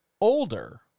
older